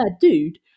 dude